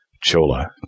Chola